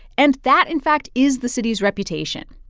and that, in fact, is the city's reputation.